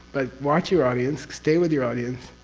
but, watch your audience, stay with your audience,